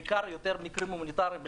בעיקר יותר מקרים הומניטריים,